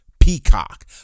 Peacock